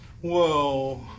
Whoa